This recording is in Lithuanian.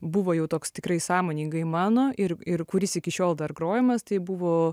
buvo jau toks tikrai sąmoningai mano ir ir kuris iki šiol dar grojamas tai buvo